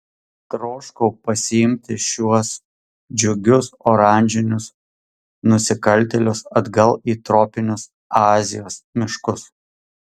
troškau pasiimti šiuos džiugius oranžinius nusikaltėlius atgal į tropinius azijos miškus